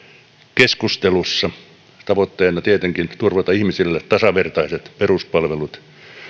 keskustelussa tavoitteena tietenkin turvata ihmisille tasavertaiset peruspalvelut